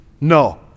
No